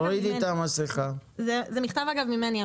זה מכתב ממני.